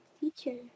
teacher